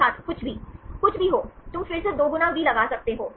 student कुछ भी कुछ भी हो तुम फिर से 2 गुना वी लगा सकते हो